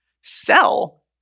sell